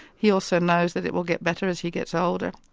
he also knows that it will get better as he gets older.